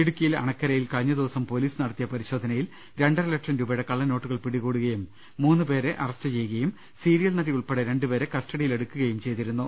ഇടുക്കി യിൽ അണക്കരയിൽ കഴിഞ്ഞ ദിവസം പൊലീസ് നടത്തിയ പരിശോധ നയിൽ രണ്ടരലക്ഷം രൂപയുടെ കള്ളനോട്ടുകൾ പിടികൂടുകയും മൂന്നു പേരെ അറസ്റ്റ് ചെയ്യുകയും സീരിയൽ നടി ഉൾപ്പെടെ രണ്ടുപേരെ കസ്റ്റ ഡിയിൽ എടുക്കുകയും ചെയ്തിരുന്നു